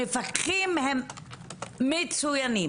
מפקחים הם מצוינים,